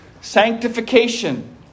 sanctification